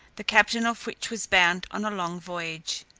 the captain of which was bound on a long voyage.